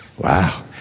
Wow